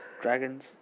Dragons